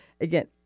Again